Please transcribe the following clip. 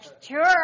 sure